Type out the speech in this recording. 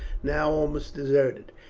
now almost deserted.